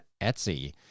Etsy